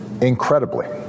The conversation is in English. incredibly